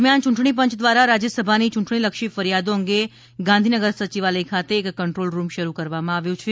દરમિયાન ચૂંટણી પંચ દ્વારા રાજયસભાની યૂંટણીલક્ષી ફરિયાદો અંગે ગાંધીનગર સચિવાલય ખાતે એક કન્ટ્રોલ રૂમ શરૂ કરવામાં આવ્યો છે